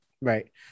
Right